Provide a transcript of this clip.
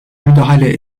müdahale